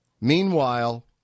Meanwhile